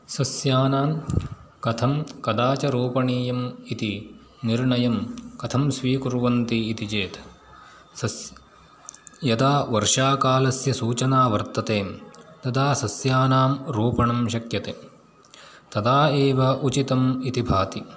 सस्यानां कथं कदा च रोपणीयम् इति निर्णयं कथं स्वीकुर्वन्ति इति चेत् सस् यदा वर्षाकालस्य सूचना वर्तते तदा सस्यानां रोपणं शक्यते तदा एव उचितम् इति भाति